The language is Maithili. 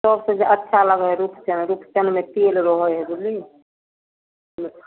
सबसँ जा अच्छा लगै हइ रुपचन रुपचनमे तेल रहै हइ बुझलिही